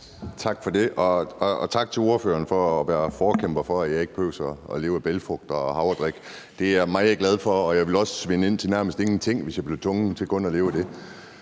Tak for det, og tak til ordføreren for at være forkæmper for, at jeg ikke behøver at leve af bælgfrugter og af havredrik. Det er jeg meget glad for, og jeg ville også svinde ind til nærmest ingenting, hvis jeg blev tvunget til kun at leve af det.